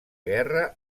guerra